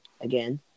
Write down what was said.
again